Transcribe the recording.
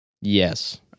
yes